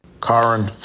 Karen